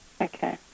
Okay